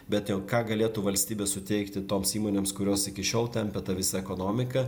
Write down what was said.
bet jau ką galėtų valstybė suteikti toms įmonėms kurios iki šiol tampia tą visą ekonomiką